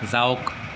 যাওক